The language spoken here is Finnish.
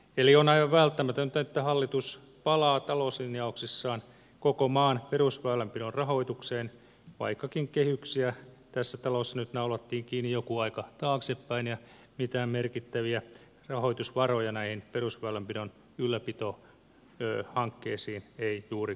on aivan välttämätöntä että hallitus palaa talouslinjauksissaan koko maan perusväylänpidon rahoitukseen vaikkakin kehyksiä tässä talossa nyt naulattiin kiinni joku aika taaksepäin ja mitään merkittäviä rahoitusvaroja näihin perusväylänpidon ylläpitohankkeisiin ei juurikaan ole